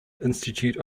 institute